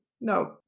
No